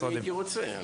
זה מה שהייתי רוצה.